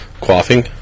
Quaffing